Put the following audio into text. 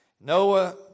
Noah